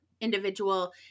individual